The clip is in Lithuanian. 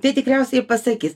tai tikriausiai pasakys